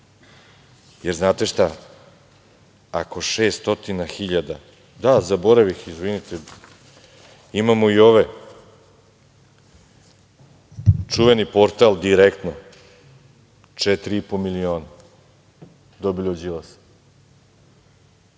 Znate šta, ako 600.000, ali zaboravih, izvinite, imamo i ove, čuveni portal „Direktno“, 4,5 miliona dobili od Đilasa.